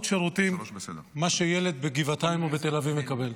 שירותים ממה שילד בגבעתיים ובתל אביב מקבל.